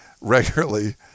regularly